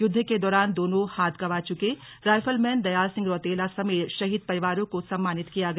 युद्ध के दौरान दोनों हाथ गंवा चुके राइफलमैन दयाल सिंह रौतेला समेत शहीद परिवारों को सम्मानित किया गया